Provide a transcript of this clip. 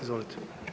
Izvolite.